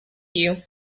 you